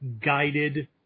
guided